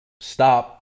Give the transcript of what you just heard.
stop